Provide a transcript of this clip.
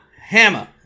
hammer